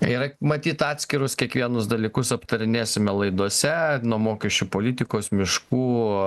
ir matyt atskirus kiekvienus dalykus aptarinėsime laidose nuo mokesčių politikos miškų